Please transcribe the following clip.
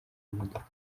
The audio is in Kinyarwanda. modoka